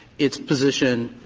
its position,